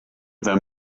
them